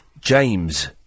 James